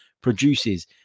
produces